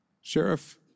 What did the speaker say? Sheriff